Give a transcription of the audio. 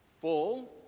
full